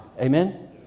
Amen